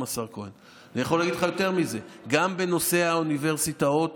גם לנושא האוניברסיטאות